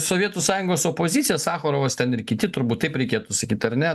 sovietų sąjungos opozicija sacharovas ten ir kiti turbūt taip reikėtų sakyti ar ne